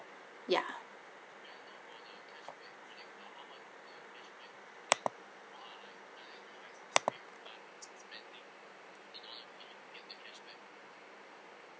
ya